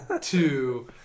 Two